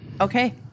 Okay